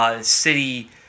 city